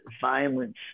violence